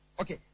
Okay